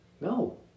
No